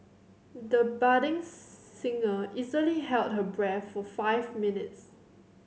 the budding singer easily held her breath for five minutes